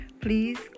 Please